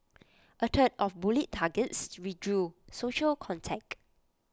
A third of bullied targets withdrew social contact